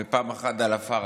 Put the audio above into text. ופעם אחת על עפר הארץ.